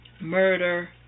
murder